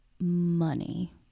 money